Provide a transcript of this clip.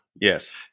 yes